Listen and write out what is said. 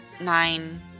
nine